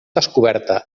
descoberta